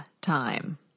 time